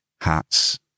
hats